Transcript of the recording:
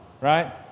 Right